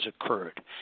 occurred